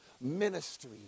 ministry